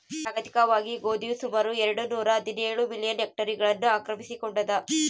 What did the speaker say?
ಜಾಗತಿಕವಾಗಿ ಗೋಧಿಯು ಸುಮಾರು ಎರೆಡು ನೂರಾಹದಿನೇಳು ಮಿಲಿಯನ್ ಹೆಕ್ಟೇರ್ಗಳನ್ನು ಆಕ್ರಮಿಸಿಕೊಂಡಾದ